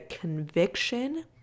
conviction